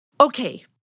Okay